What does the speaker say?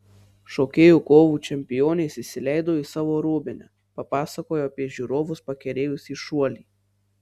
šokėjų kovų čempionės įsileido į savo rūbinę papasakojo apie žiūrovus pakerėjusį šuolį